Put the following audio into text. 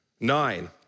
Nine